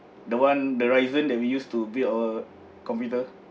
the one the ryzen that we use to build our computer